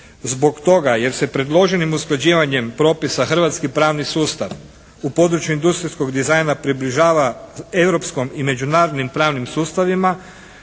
zbog toga jer se predloženim usklađivanjem propisa hrvatski pravni sustav u području industrijskog dizajna približava europskom i međunarodnim pravnim sustavima,